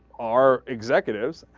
are executive